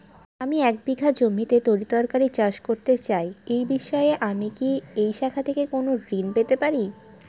আমি এক বিঘা জমিতে তরিতরকারি চাষ করতে চাই এই বিষয়ে আমি কি এই শাখা থেকে কোন ঋণ পেতে পারি?